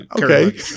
Okay